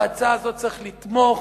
בהצעה הזאת צריך לתמוך,